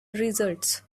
results